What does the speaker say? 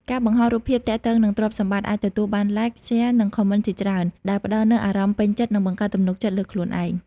ការបង្ហោះរូបភាពទាក់ទងនឹងទ្រព្យសម្បត្តិអាចទទួលបាន "Like" "Share" និង Comment ជាច្រើន ដែលផ្តល់នូវអារម្មណ៍ពេញចិត្ត និងបង្កើនទំនុកចិត្តលើខ្លួនឯង។